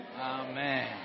Amen